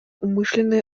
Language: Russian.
умышленное